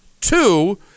Two